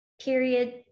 period